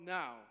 now